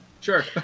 Sure